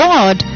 God